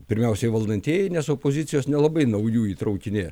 pirmiausiai valdantieji nes opozicijos nelabai naujų įtraukinėja